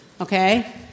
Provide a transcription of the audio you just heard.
Okay